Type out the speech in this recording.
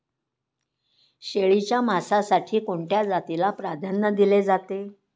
शेळीच्या मांसासाठी कोणत्या जातीला प्राधान्य दिले जाते?